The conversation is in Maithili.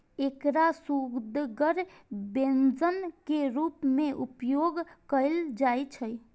एकरा सुअदगर व्यंजन के रूप मे उपयोग कैल जाइ छै